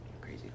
crazy